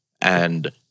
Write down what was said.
and-